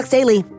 Daily